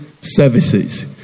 services